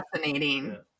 fascinating